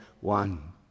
one